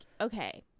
okay